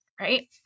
right